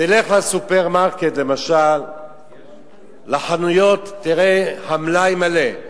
תלך לסופרמרקט, למשל, לחנויות, ותראה שהמלאי מלא.